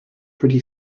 pretty